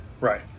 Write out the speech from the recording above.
Right